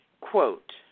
Quote